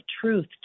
truth